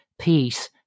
peace